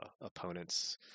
opponents